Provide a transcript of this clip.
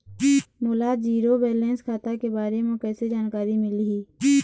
मोला zero balance खाता के बारे म कैसे जानकारी मिलही?